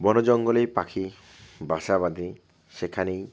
বনে জঙ্গলেই পাখি বাসা বাঁধে সেখানেই